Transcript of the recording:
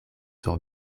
sur